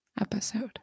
episode